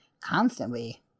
constantly